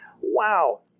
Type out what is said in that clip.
Wow